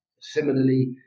similarly